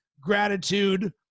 gratitude